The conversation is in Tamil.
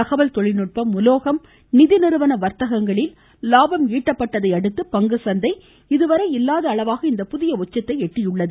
தகவல் தொழில்நுட்பம் உலோகம் நிதி நிறுவன வர்த்தகங்களில் லாபம் ஈட்டப்பட்டதை அடுத்து பங்குச்சந்தை இதுவரை இல்லாத அளவாக இந்த புதிய உச்சத்தை எட்டியுள்ளது